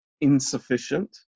insufficient